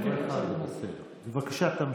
בבקשה, תמשיך.